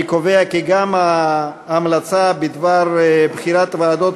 אני קובע כי גם ההמלצה בדבר בחירת ועדות